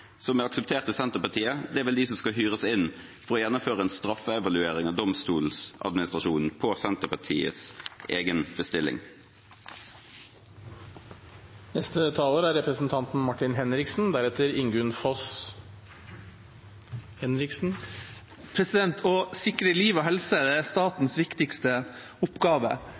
som er akseptert i Senterpartiet, er vel de som skal hyres inn for å gjennomføre en straffeevaluering av Domstoladministrasjonen på Senterpartiets egen bestilling. Å sikre liv og helse er statens viktigste oppgave. Vi er sannsynligvis mer beredt på nasjonalt nivå til å